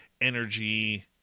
energy